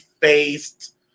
faced